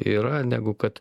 yra negu kad